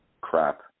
crap